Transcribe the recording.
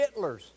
hitlers